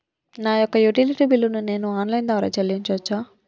నా యొక్క utility bill ను నేను ఆన్ లైన్ ద్వారా చెల్లించొచ్చా?